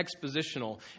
expositional